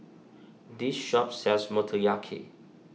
this shop sells Motoyaki